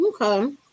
Okay